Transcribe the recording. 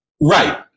right